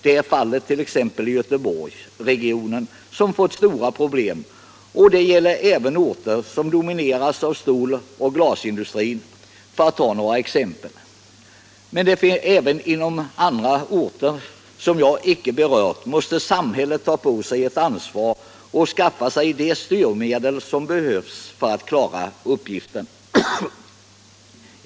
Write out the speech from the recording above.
Så är fallet t.ex. i Göteborgsregionen som fått stora problem, och det gäller även orter som domineras av ståloch glasindustrin, för att ta några exempel. Men även inom andra orter, som jag här icke berör, måste samhället ta på sig ett ansvar och skaffa sig de styrmedel som behövs för att klara uppgiften.